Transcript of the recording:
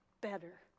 better